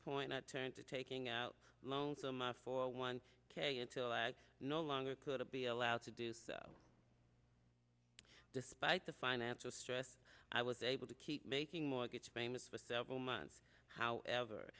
point i turned to taking out loans on my four one k until i no longer could be allowed to do despite the financial stress i was able to keep making mortgage payments for several months however